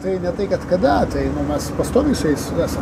tai ne tai kad kada tai nu mes pastoviai su jais esam